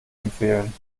empfehlen